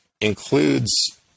includes